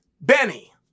Benny